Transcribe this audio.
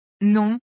Non